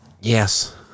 Yes